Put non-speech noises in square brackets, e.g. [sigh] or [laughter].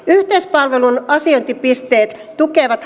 yhteispalvelun asiointipisteet tukevat [unintelligible]